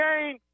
game